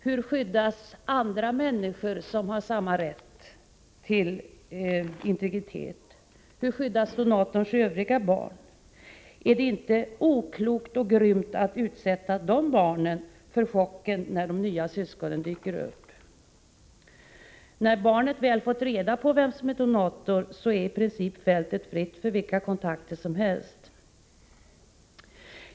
Hur skyddas andra människor som har samma rätt till integritet? Hur skyddas donatorns övriga barn? Är det inte oklokt och grymt att utsätta de barnen för en chock när de nya syskonen dyker upp. När barnet väl har fått reda på vem som är donatorn är fältet fritt för vilka kontakter som helst.